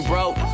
Broke